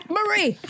Marie